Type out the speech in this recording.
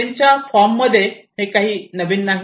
फ्रेमच्या फॉर्म मध्ये हे काही नवीन नाही